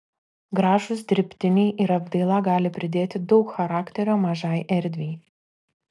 gražūs dirbtiniai ir apdaila gali pridėti daug charakterio mažai erdvei